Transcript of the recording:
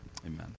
Amen